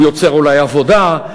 הוא יוצר אולי עבודה,